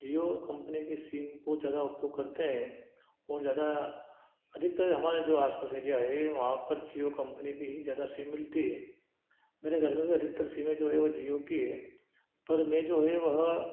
जीओ company की SIM को ज़्यादा उपयोग करते हैं और ज़्यादा अधिकतर हमारा जो आसपास एरिया है वहाँ पर जीओ कम्पनी की ही ज़्यादा सिम मिलती है मेरे घर में भी अधिकतर सिमे जो है वह जीओ की है पर मैं जो है वह